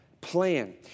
plan